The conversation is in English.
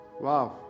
Wow